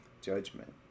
judgment